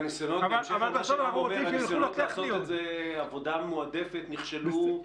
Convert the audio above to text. מה שאתה אומר הוא שהניסיונות לעשות את זה עבודה מועדפת נכשלו.